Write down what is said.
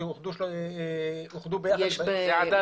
הם אוחדו ביחד --- יש עדאללה